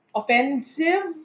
offensive